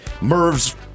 merv's